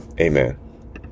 Amen